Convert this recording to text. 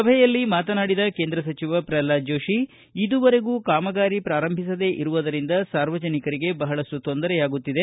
ಸಭೆಯಲ್ಲಿ ಮಾತನಾಡಿದ ಕೇಂದ್ರ ಸಚಿವ ಪ್ರಲ್ನಾದ ಜೋಶಿ ಇದುವರೆಗೂ ಕಾಮಗಾರಿ ಪಾರಂಭಿಸದೇ ಇರುವುದರಿಂದ ಸಾರ್ವಜನಿಕರಿಗೆ ಬಹಳಷ್ಟು ತೊಂದರೆಯಾಗುತ್ತಿದೆ